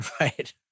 right